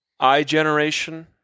iGeneration